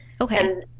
Okay